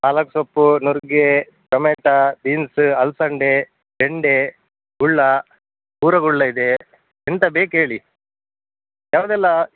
ಪಾಲಕ್ ಸೊಪ್ಪು ನುಗ್ಗೆ tomato beans ಅಲ್ಸಂದೆ ಬೆಂಡೆ ಗುಳ್ಳ ಊರು ಗುಳ್ಳ ಇದೆ ಎಂತ ಬೇಕು ಹೇಳಿ ಯಾವುದೆಲ್ಲ